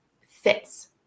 fits